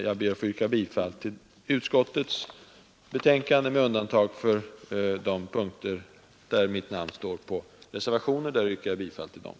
Jag yrkar bifall till utskottets hemställan, med undantag för de punkter där mitt namn återfinns på reservationer och där jag yrkar bifall till dessa.